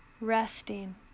resting